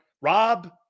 Rob